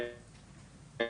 טוב,